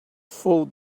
full